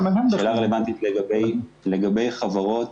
השאלה רלוונטית לגבי חברות